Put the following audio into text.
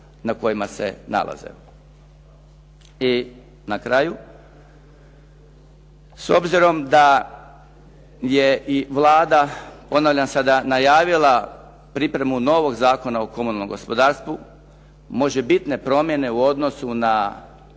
na kraju. S obzirom da je i Vlada, ponavljam sada najavila, pripremu novoga Zakona o komunalnom gospodarstvu, možebitne promjene u odnosu na